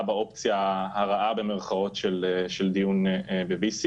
באופציה ה"רעה" במירכאות - של דיון ב-VC,